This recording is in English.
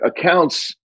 accounts